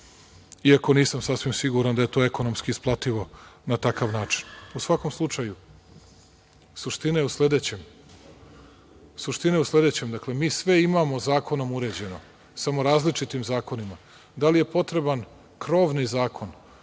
iako nisam sasvim siguran da je to ekonomski isplativo na takav način. U svakom slučaju, suština je u sledećem, dakle mi sve imamo zakonom uređeno, samo različitim zakonima. Da li je potreban krovni zakon,